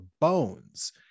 bones